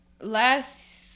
last